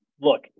look